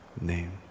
name